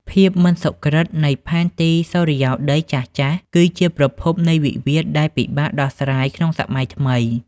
ភាពមិនសុក្រឹតនៃផែនទីសុរិយោដីចាស់ៗ គឺជាប្រភពនៃវិវាទដែលពិបាកដោះស្រាយក្នុងសម័យថ្មី។